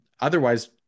otherwise